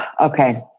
Okay